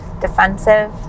defensive